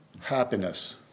Happiness